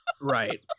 Right